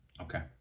okay